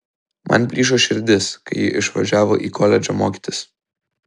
man plyšo širdis kai ji išvažiavo į koledžą mokytis